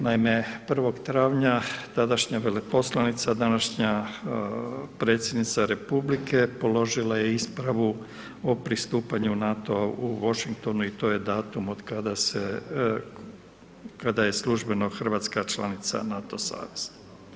Naime, 1. travnja tadašnja veleposlanica današnja predsjednica Republike položila je ispravu o pristupanju NATO-a u Washingtonu i to je datum od kada se predaje službeno Hrvatska članica NATO saveza.